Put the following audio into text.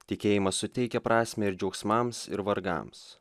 tikėjimas suteikia prasmę ir džiaugsmams ir vargams